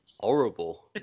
horrible